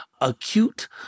acute